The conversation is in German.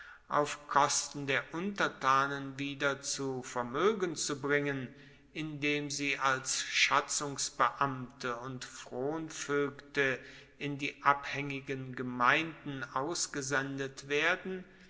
auf kosten der untertanen wieder zu vermoegen zu bringen indem sie als schatzungsbeamte und fronvoegte in die abhaengigen gemeinden ausgesendet werden